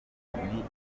ingirakamaro